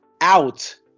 out